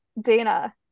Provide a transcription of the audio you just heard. Dana